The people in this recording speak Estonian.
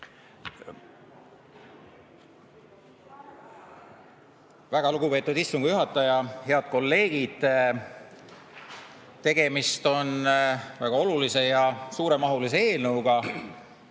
Väga lugupeetud istungi juhataja! Head kolleegid! Tegemist on väga olulise ja suuremahulise eelnõuga.